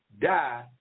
die